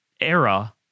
era